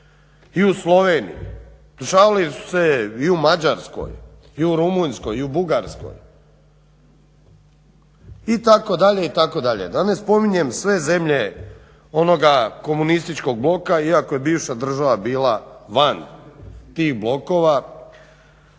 i u Sloveniji dešavali su se i u Mađarskoj i u Rumunjskoj i u Bugarskoj itd.,itd. da ne spominjem sve zemlje onoga komunističkog bloka iako je bivša država bila van tih blokova,